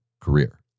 career